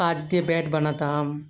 কাঠ দিয়ে ব্যাট বানাতাম